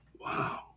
wow